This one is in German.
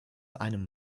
einem